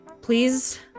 Please